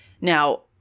Now